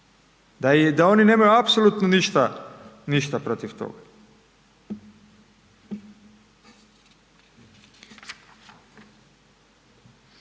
da oni nemaju apsolutno ništa, ništa protiv toga.